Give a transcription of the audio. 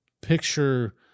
picture